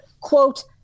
quote